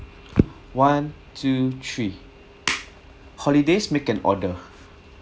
one two three holidays make an order